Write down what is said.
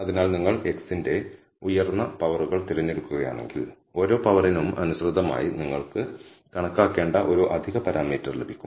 അതിനാൽ നിങ്ങൾ x ന്റെ ഉയർന്ന പവറുകൾ തിരഞ്ഞെടുക്കുകയാണെങ്കിൽ ഓരോ പവറിനും അനുസൃതമായി നിങ്ങൾക്ക് കണക്കാക്കേണ്ട ഒരു അധിക പാരാമീറ്റർ ലഭിക്കും